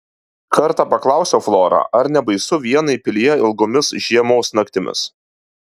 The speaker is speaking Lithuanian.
kartą paklausiau florą ar nebaisu vienai pilyje ilgomis žiemos naktimis